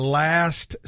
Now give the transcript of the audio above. last